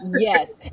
yes